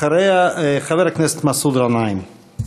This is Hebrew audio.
אחריה, חבר הכנסת מסעוד גנאים.